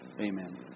Amen